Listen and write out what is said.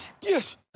Yes